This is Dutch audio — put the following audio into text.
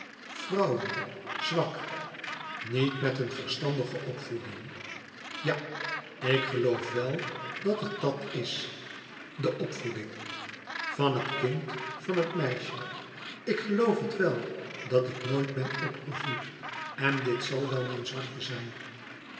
zwak niet met een verstandige opvoeding ja ik geloof wel dat het dat is de opvoeding van het kind van het meisje ik geloof het wel dat ik nooit ben opgevoed en dit zal wel mijn zwakte zijn